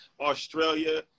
Australia